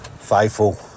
Faithful